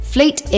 Fleet